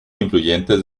influyentes